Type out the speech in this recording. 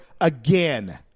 again